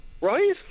right